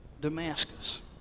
Damascus